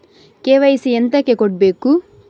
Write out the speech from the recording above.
KYC ಎಂತಕೆ ಕೊಡ್ಬೇಕು?